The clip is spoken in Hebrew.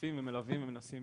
שותפים ומלווים ומנסים